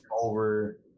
over